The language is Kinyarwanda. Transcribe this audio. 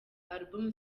album